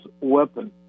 weapon